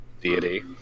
deity